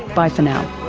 bye for now